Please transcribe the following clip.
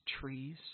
trees